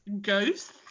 ghosts